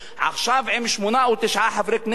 עכשיו, עם שמונה או תשעה חברי כנסת,